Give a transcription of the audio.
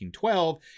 1912